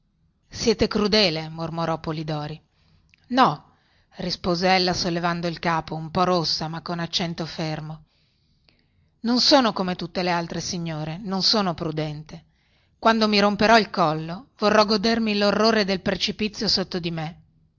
siete crudele mormorò polidori no rispose ella sollevando il capo un po rossa ma con accento fermo non sono come tutte le altre signore non sono prudente quando mi romperò il collo vorrò godermi lorrore del precipizio sotto di me